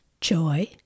joy